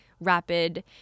rapid